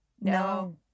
No